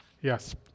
Yes